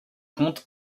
conte